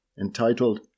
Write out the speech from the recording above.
entitled